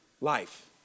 Life